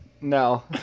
No